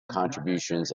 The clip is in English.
contributions